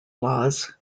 laws